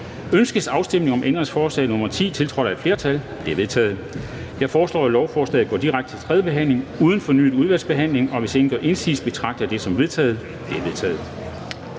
Ønskes afstemning om ændringsforslag nr. 1-7, tiltrådt af udvalget? De er vedtaget. Jeg foreslår, at lovforslaget går direkte til tredje behandling uden fornyet udvalgsbehandling, og hvis ingen gør indsigelse, betragter jeg det som vedtaget. Det er vedtaget.